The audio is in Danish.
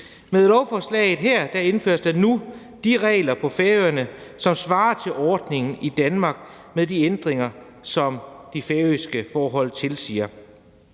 Med lovforslaget her indføres der nu de regler på Færøerne, som svarer til ordningen i Danmark med de ændringer, som de færøske forhold tilsiger.